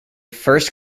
first